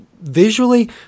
Visually